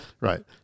Right